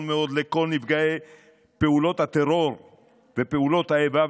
מאוד לכל נפגעי פעולות הטרור ופעולות האיבה,